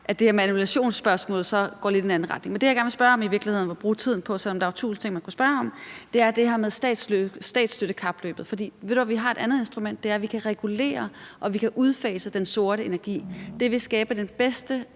at det her med annullationsspørgsmålet så går lidt i en anden retning. Men det, jeg i virkeligheden gerne vil spørge om og bruge tiden på, selv om der jo er tusind ting, man kunne spørge om, er det her med statsstøttekapløbet. For vi har et andet instrument, og det er, at vi kan regulere og vi kan udfase den sorte energi. Det vil faktisk skabe det bedste